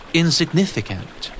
insignificant